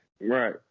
Right